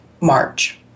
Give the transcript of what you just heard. March